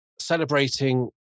celebrating